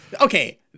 Okay